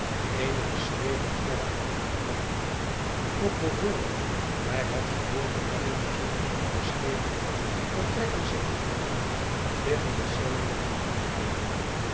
eenige schreden verder het binnenplein op nog behoorende bij het gedeelte waarin de zoo even beschreven vertrekken zich bevonden liggen de cellen der veroordeelden